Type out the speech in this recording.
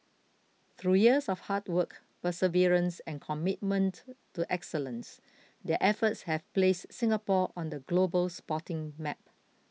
through years of hard work perseverance and commitment to excellence their efforts have placed Singapore on the global sporting map